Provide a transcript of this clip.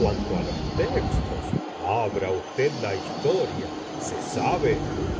cuanto á los textos abra usted la histo ria se sabe